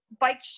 bike